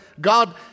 God